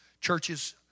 Churches